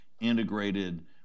integrated